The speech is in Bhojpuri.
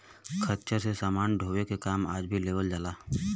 खच्चर से समान ढोवे के काम आज भी लेवल जाला